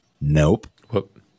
Nope